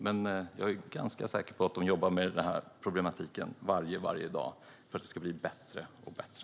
Men jag är ganska säker på att de jobbar med den problematiken varje dag för att det ska bli bättre och bättre.